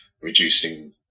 reducing